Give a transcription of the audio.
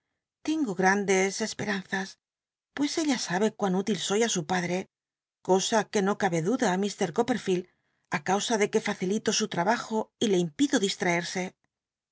l'cngo grandes esperanzas pues ella sabe cuán útil soy i su padre cosa que no cabe duda iir coppcrlield i ue facilito su trabajo y le impido